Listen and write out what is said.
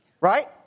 right